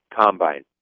combine